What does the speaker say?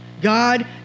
God